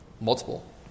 multiple